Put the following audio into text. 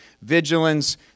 Vigilance